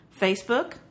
Facebook